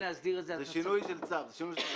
זה שינוי של צו.